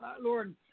Lord